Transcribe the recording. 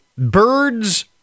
Birds